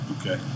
Okay